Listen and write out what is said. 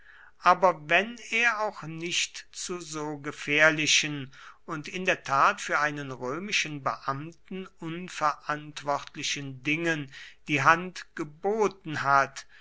aber wenn er auch nicht zu so gefährlichen und in der tat für einen römischen beamten unverantwortlichen dingen die hand geboten hat